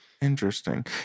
Interesting